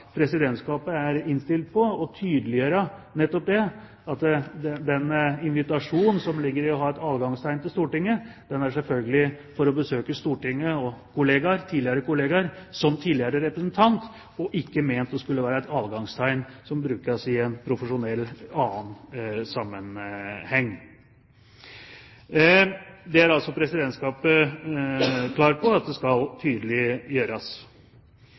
Presidentskapet er innstilt på å tydeliggjøre nettopp dette, at den invitasjonen som ligger i det å ha et adgangstegn til Stortinget, er selvfølgelig for å kunne besøke Stortinget og tidligere kolleger som tidligere representant, ikke ment å skulle være et adgangstegn som brukes i en annen, profesjonell sammenheng. Presidentskapet er altså klar på at dette skal